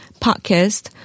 podcast